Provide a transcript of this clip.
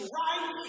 right